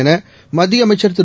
எனமத்தியஅமைச்சர் திரு